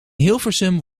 hilversum